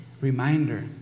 Reminder